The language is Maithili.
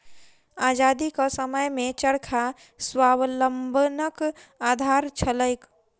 आजादीक समयमे चरखा स्वावलंबनक आधार छलैक